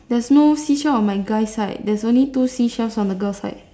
there's no seashells on my guy side there's only two seashells on the girl side